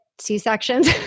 C-sections